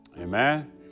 Amen